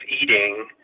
eating